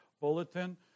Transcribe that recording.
bulletin